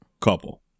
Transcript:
couple